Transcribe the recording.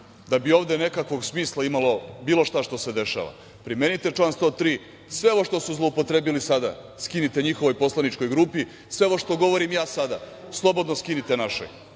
Da bi ovde nekakvog smisla imalo bilo šta što se dešava, primenite član 103, sve ovo što su zloupotrebili sada skinite njihovoj poslaničkog grupi, sve ovo što govorim ja sada slobodno skinite našoj.